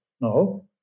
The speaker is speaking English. No